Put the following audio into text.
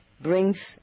brings